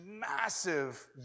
massive